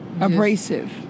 Abrasive